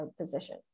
position